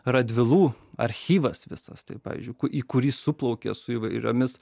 radvilų archyvas visas tai pavyzdžiui į kurį suplaukė su įvairiomis